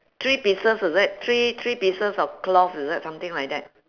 three pieces is it three three pieces of cloth is it something like that